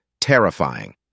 terrifying